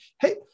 Hey